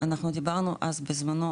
אנחנו דיברנו אז בזמנו,